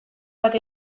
bat